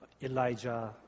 Elijah